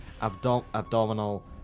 Abdominal